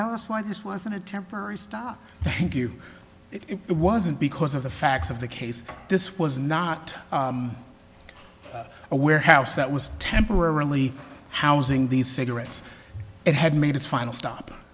why this wasn't a temporary stop thank you it wasn't because of the facts of the case this was not a warehouse that was temporarily housing these cigarettes it had made its final stop